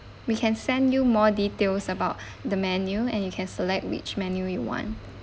we can send you more details about the menu and you can select which menu you want